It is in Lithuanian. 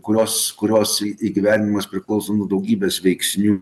kurios kurios į įgyvendinimas priklauso nuo daugybės veiksnių